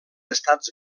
estats